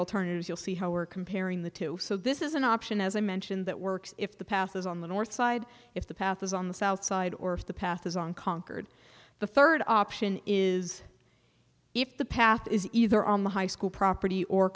alternatives you'll see how we're comparing the two so this is an option as i mentioned that works if the path is on the north side if the path is on the south side or the path is on conquered the third option is if the path is either on the high school property or